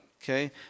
okay